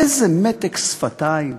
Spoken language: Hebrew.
איזה מתק שפתיים.